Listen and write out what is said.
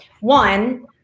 One